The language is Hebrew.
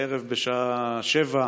הערב בשעה 19:00